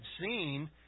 seen